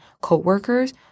coworkers